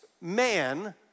man